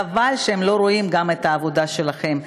חבל שהם לא רואים גם את העבודה שלכם,